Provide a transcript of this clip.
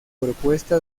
propuesta